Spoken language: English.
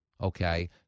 okay